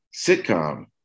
sitcom